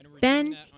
Ben